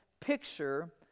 picture